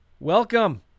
Welcome